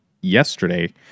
yesterday